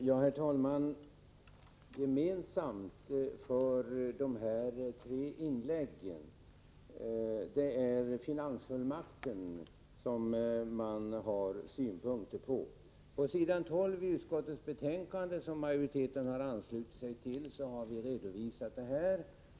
Herr talman! Gemensamt för de tre senaste inläggen är att man har synpunkter på finansfullmakten. På s.12 i utskottets betänkande, som majoriteten har anslutit sig till, har vi redovisat detta.